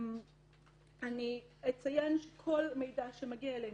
אני אציין שכל מידע שמגיע אלינו,